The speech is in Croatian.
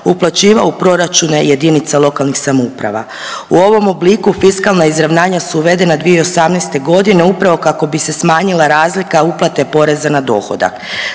uplaćivao u proračune jedinica lokalnih samouprava. U ovom obliku fiskalna izravnanja su uvedena 2018. godine upravo kako bi se smanjila razlika uplate poreza na dohodak.